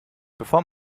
bevor